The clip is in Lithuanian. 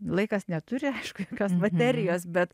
laikas neturi aišku jokios materijos bet